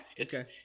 Okay